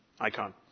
icon